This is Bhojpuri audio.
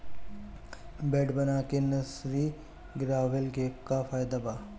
बेड बना के नर्सरी गिरवले के का फायदा बा?